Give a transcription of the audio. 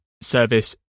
service